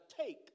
take